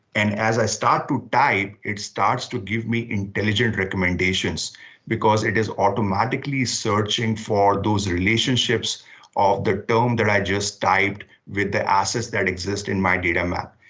and as i start to type, it starts to give me intelligent recommendations because it is automatically searching for those relationships of the term that i just typed with the assets that exist in my data map.